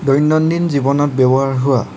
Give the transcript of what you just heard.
দৈনন্দিন জীৱনত ব্যৱহাৰ হোৱা